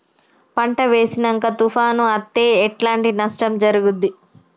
పంట వేసినంక తుఫాను అత్తే ఎట్లాంటి నష్టం జరుగుద్ది?